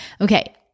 Okay